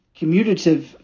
Commutative